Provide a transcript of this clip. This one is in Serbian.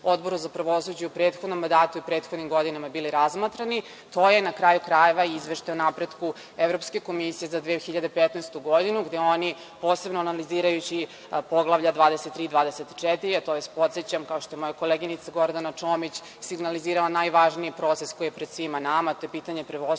Odboru za pravosuđe u prethodnom mandatu i u prethodnim godinama bili razmatrani. To je, na kraju krajeva, i izveštaj o napretku Evropske komisije za 2015. godinu, gde oni posebno analizirajući poglavlja 23. i 24, a to je, podsećam vas, kao što je moja koleginica Gordana Čomić signalizirala, najvažniji proces koji je pred svima nama, to je pitanje pravosuđa,